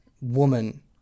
woman